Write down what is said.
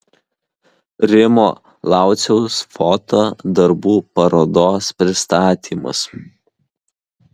rimo lauciaus foto darbų parodos pristatymas